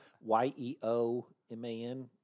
y-e-o-m-a-n